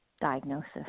diagnosis